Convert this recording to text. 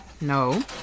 No